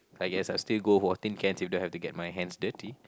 I guess I still go for tin cans if I don't have to get my hands dirty